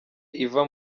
iva